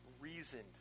reasoned